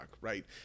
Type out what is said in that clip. right